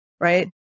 right